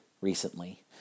recently